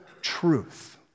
truth